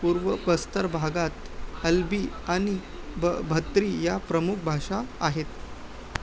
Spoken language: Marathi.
पूर्व बस्तर भागात अल्बी आणि भ भत्री या प्रमुख भाषा आहेत